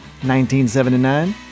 1979